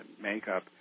makeup